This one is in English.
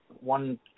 one